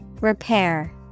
Repair